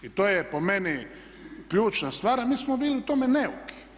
I to je po meni ključna stvar, a mi smo bili u tome neuki.